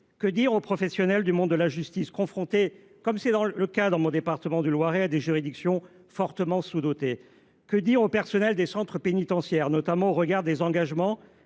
Que dire aux professionnels du monde de la justice, confrontés, comme c’est le cas dans le département du Loiret, dont je suis élu, à des juridictions fortement sous dotées ? Que dire aux personnels des centres pénitentiaires, notamment au regard des engagements